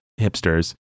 hipsters